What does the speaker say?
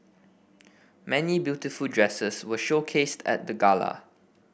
many beautiful dresses were showcased at the gala